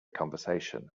conversation